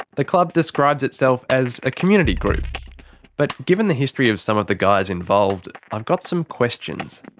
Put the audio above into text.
the club describes itself as a community group but given the history of some of the guys involved, i've got some questions.